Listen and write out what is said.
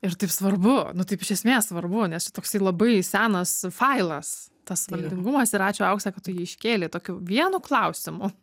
ir taip svarbu nu taip iš esmės svarbu nes čia toksai labai senas failas tas valdingumas ir ačiū aukse kad tu jį iškėlei tokiu vienu klausimu